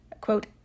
Quote